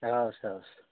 हवस् हवस्